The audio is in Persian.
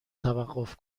توقف